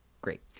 great